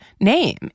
name